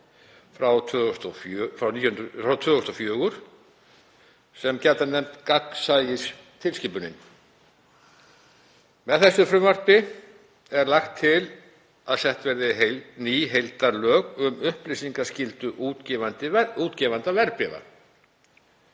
frá 2004 sem er gjarnan nefnd gagnsæistilskipunin. Með þessu frumvarpi er lagt til að sett verði heil ný heildarlög um upplýsingaskyldu útgefenda verðbréfa.